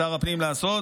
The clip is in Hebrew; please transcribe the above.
שר הפנים לעשות,